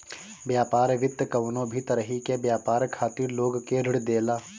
व्यापार वित्त कवनो भी तरही के व्यापार खातिर लोग के ऋण देला